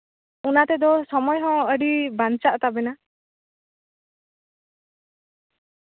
ᱚᱱᱟ ᱛᱮᱫᱚ ᱥᱚᱢᱚᱭ ᱦᱚᱸ ᱟᱹᱰᱤ ᱵᱟᱧᱪᱟᱜ ᱛᱟᱵᱮᱱᱟ